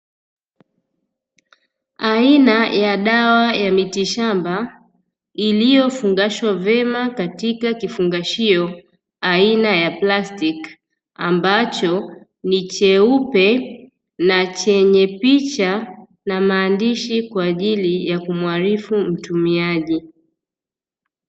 Aina ya dawa ya miti shamba iliyofungashwa vyema katika kifungashio aina ya plastiki, ambacho ni cheupe na chenye picha na maandishi kwa ajili ya kumuarifu mtumiaji.